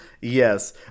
Yes